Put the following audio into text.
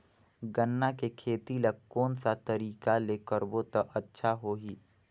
गन्ना के खेती ला कोन सा तरीका ले करबो त अच्छा होही?